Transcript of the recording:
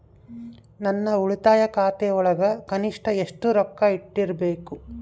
ನನ್ನ ಉಳಿತಾಯ ಖಾತೆಯೊಳಗ ಕನಿಷ್ಟ ಎಷ್ಟು ರೊಕ್ಕ ಇಟ್ಟಿರಬೇಕು?